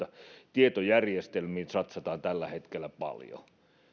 tietojärjestelmiin satsataan tällä hetkellä paljon